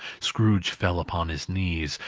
scrooge fell upon his knees,